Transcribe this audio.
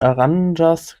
aranĝas